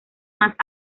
más